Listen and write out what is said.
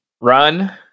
Run